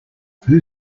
who